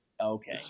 Okay